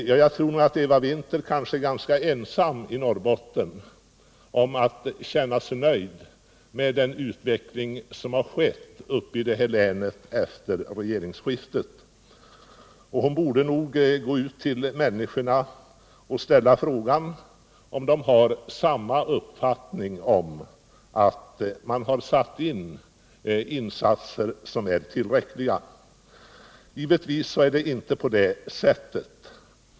Jag tror nog att Eva Winther är ganska ensam i Norrbotten om att känna sig nöjd med den utveckling som har skett i länet efter regeringsskiftet. Hon borde nog gå ut till människorna och fråga om de har samma uppfattning —att man har gjort insatser som är tillräckliga. Givetvis är det inte så.